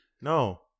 No